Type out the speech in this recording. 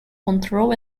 control